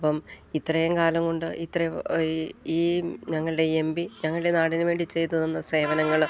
അപ്പം ഇത്രയും കാലം കൊണ്ട് ഈ ഞങ്ങളുടെ എം പി ഞങ്ങളുടെ നാടിനുവേണ്ടി ചെയ്തുതന്ന സേവനങ്ങള്